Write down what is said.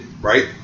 right